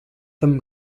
them